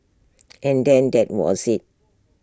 and then that was IT